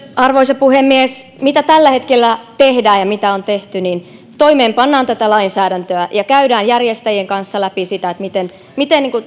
arvoisa puhemies mitä tällä hetkellä tehdään ja mitä on tehty toimeenpannaan tätä lainsäädäntöä ja käydään järjestäjien kanssa läpi sitä